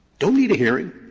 don't need a hearing.